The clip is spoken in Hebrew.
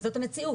המציאות,